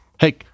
Hey